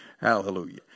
Hallelujah